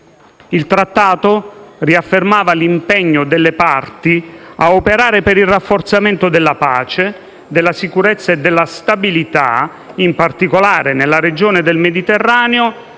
Tale Trattato riaffermava l'impegno delle parti ad operare per il rafforzamento della pace, della sicurezza e della stabilità, in particolare nella regione del Mediterraneo,